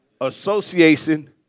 Association